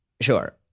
Sure